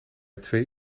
twee